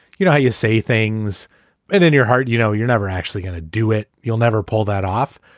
you know how you say things and in your heart, you know, you're never actually going to do it. you'll never pull that off.